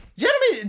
jeremy